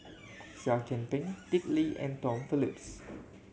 Seah Kian Peng Dick Lee and Tom Phillips